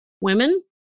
women